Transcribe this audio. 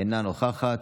אינו נוכח,